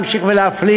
יכולתי להמשיך ולהפליג.